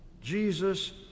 Jesus